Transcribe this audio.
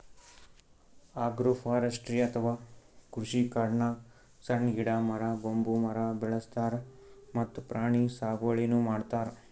agroforestry ಅಥವಾ ಕೃಷಿಕಾಡ್ನಾಗ್ ಸಣ್ಣ್ ಗಿಡ, ಮರ, ಬಂಬೂ ಮರ ಬೆಳಸ್ತಾರ್ ಮತ್ತ್ ಪ್ರಾಣಿ ಸಾಗುವಳಿನೂ ಮಾಡ್ತಾರ್